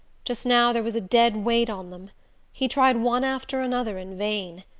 just now there was a dead weight on them he tried one after another in vain.